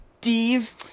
Steve